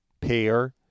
pair